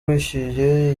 wishyuye